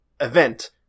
event